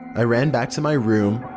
i ran back to my room.